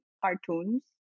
cartoons